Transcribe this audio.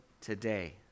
today